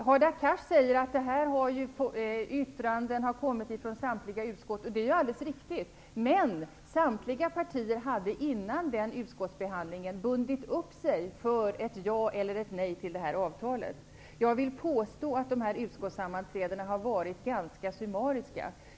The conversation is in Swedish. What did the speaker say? Hadar Cars säger att yttranden har kommit från samtliga utskott, och det är alldeles riktigt. Men samtliga partier hade före den utskottsbehandlingen bundit upp sig för ett ja eller ett nej till avtalet. Jag vill påstå att utskottssammanträdena har varit ganska summariska.